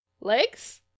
Legs